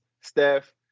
Steph